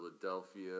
Philadelphia